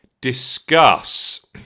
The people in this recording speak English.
discuss